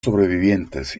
sobrevivientes